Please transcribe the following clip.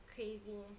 Crazy